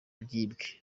byibwe